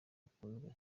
akunzwe